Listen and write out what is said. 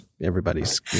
everybody's